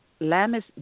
Lamis